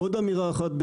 ברשותך, עוד אמירה אחת.